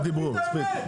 תגיד את האמת.